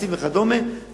מסים וכדומה,